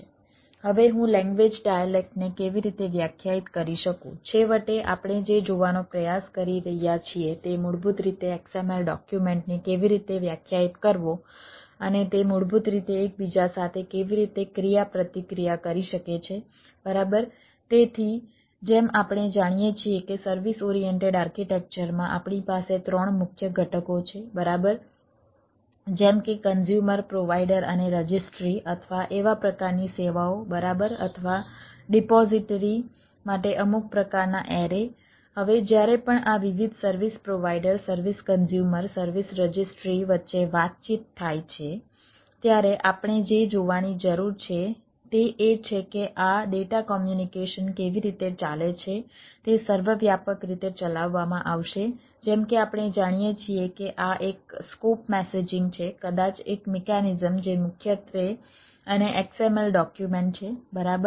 હવે હું language dialect છે કદાચ એક મિકેનિઝમ જે મુખ્યત્વે અને XML ડોક્યુમેન્ટ છે બરાબર